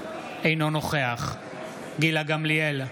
אינו נוכח גילה גמליאל,